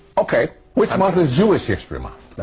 ok, which month is jewish history month?